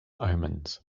omens